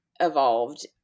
evolved